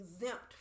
exempt